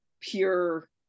pure